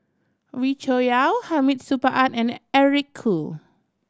Wee Cho Yaw Hamid Supaat and Eric Khoo